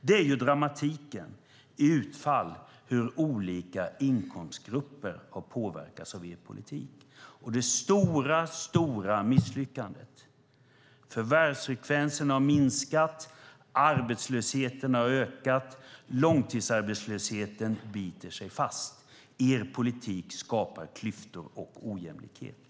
Det är dramatiken i utfallet som visar hur olika inkomstgrupper har påverkats av er politik. Och det är det stora misslyckandet. Förvärvsfrekvensen har minskat, arbetslösheten har ökat och långtidsarbetslösheten biter sig fast. Er politik skapar klyftor och ojämlikhet.